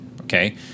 okay